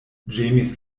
ĝemis